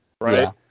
Right